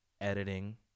editing